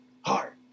heart